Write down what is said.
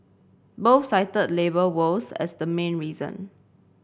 both cited labour woes as the main reason